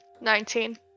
Nineteen